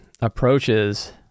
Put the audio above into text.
approaches